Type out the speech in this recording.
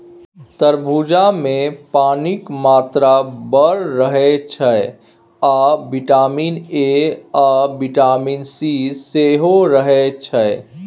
तरबुजामे पानिक मात्रा बड़ रहय छै आ बिटामिन ए आ बिटामिन सी सेहो रहय छै